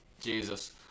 Jesus